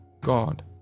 God